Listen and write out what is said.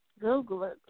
Google